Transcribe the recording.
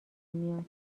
میاد